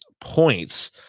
points